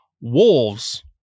wolves